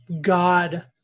god